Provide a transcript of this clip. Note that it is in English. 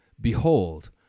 Behold